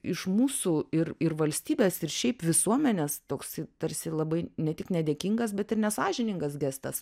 iš mūsų ir ir valstybės ir šiaip visuomenės toks tarsi labai ne tik nedėkingas bet ir nesąžiningas gestas